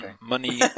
money